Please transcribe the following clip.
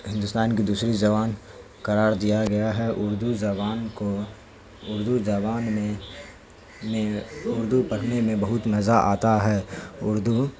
ہندوستان کی دوسری زبان قرار دیا گیا ہے اردو زبان کو اردو زبان میں اردو پڑھنے میں بہت مزہ آتا ہے اردو